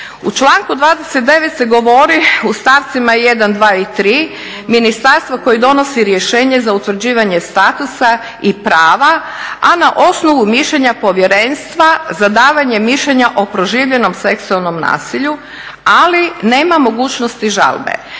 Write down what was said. U članku 29. se govori u stavcima 1, 2 i 3, ministarstvo koje donosi rješenje za utvrđivanje statusa i prava, a na osnovu mišljenja povjerenstva za davanje mišljenja o … seksualnom nasilju, ali nema mogućnosti žalbe.